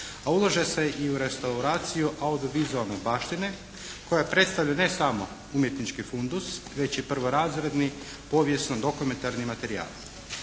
a ulaže se i u restauraciju audio-vizualne baštine koja predstavlja ne samo umjetnički fundus već i prvorazredni povijesno dokumentarni materijal.